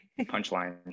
punchline